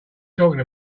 talking